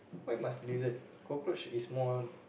why must lizard cockroach is more